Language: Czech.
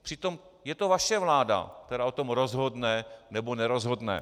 Přitom je to vaše vláda, která o tom rozhodne, nebo nerozhodne.